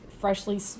freshly